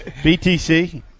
BTC